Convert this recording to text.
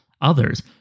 others